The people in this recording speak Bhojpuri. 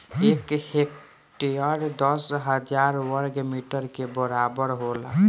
एक हेक्टेयर दस हजार वर्ग मीटर के बराबर होला